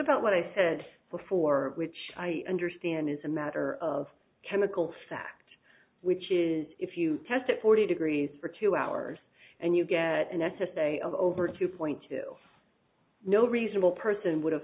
about what i said before which i understand is a matter of chemical fact which is if you test at forty degrees for two hours and you get an s s a of over two point two no reasonable person would have